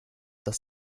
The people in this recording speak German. das